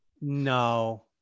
No